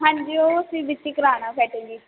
ਹਾਂਜੀ ਉਹ ਅਸੀਂ ਵਿਚ ਹੀ ਕਰਾਉਣਾ ਸੈਟਲ ਜੀ